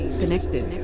connected